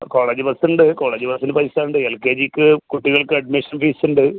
college bus ഉണ്ട് college ബസ്സിന് പൈസ ഉണ്ട് എൽ കെ ജിക്ക് കുട്ടികൾക്ക് അഡ്മിഷൻ ഫീസ് ഉണ്ട്